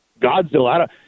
Godzilla